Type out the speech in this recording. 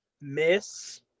Miss